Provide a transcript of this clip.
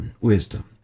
wisdom